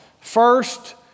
first